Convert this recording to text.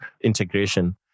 integration